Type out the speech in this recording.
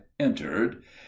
entered